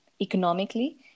Economically